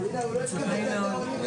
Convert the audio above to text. מי שעדיין לא הבין,